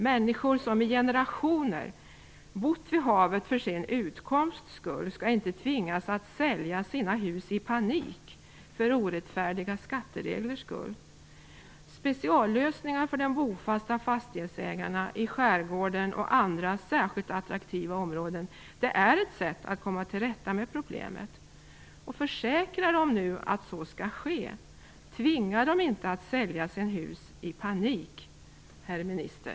Människor som i generationer bott vid havet för sin utkomsts skull skall inte tvingas sälja sina hus i panik för orättfärdiga skattereglers skull. Speciallösningar för de bofasta fastighetsägarna i skärgården och andra särskilt attraktiva områden är ett sätt att komma tillrätta med problemet. Försäkra dem nu att så skall ske. Tvinga dem inte att sälja sina hus i panik, herr minister.